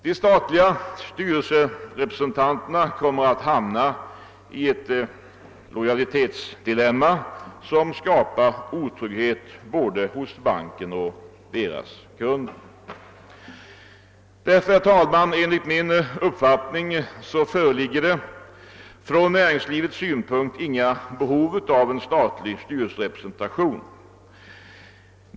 De statliga styrelserepresentanterna kommer att hamna i ett lojalitetsdilemma, som skapar otrygghet både hos bankerna och hos deras kunder. Herr talman! Enligt min uppfattning föreligger från näringslivets synpunkt inga behov av statlig styrelserepresentation.